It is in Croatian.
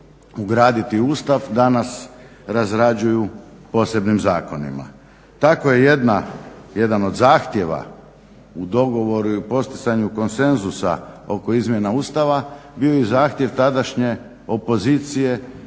ugraditi u Ustav danas razrađuju posebnim zakonima. Tako je jedan od zahtjeva u dogovoru i u postizanju konsenzusa oko izmjena Ustava bio i zahtjev tadašnje opozicije